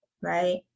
right